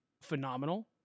phenomenal